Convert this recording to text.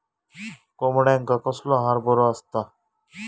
कोंबड्यांका कसलो आहार बरो असता?